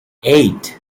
eight